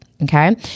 Okay